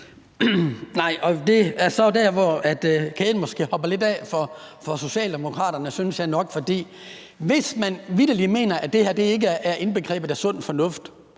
(DD): Det er så der, hvor kæden måske hopper lidt af for Socialdemokraterne, synes jeg nok. For hvis man vitterlig mener, at det her ikke er indbegrebet af sund fornuft,